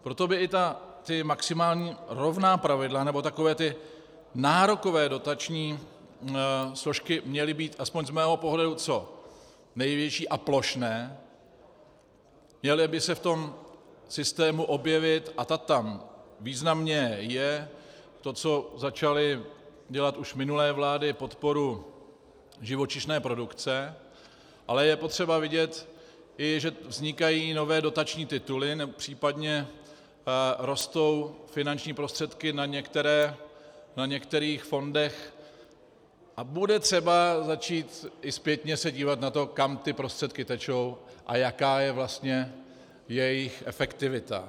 Proto by i ta maximálně rovná pravidla, nebo takové ty nárokové dotační složky měly být aspoň z mého pohledu co největší a plošné, mělo by se v tom systému objevit, a to tam významně je, to, co začaly dělat už minulé vlády, podpora živočišné produkce, ale je potřeba vidět i to, že vznikají nové dotační tituly, případně rostou finanční prostředky na některých fondech, a bude třeba se začít i zpětně dívat na to, kam ty prostředky tečou a jaká je vlastně jejich efektivita.